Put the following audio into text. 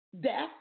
death